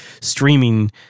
streaming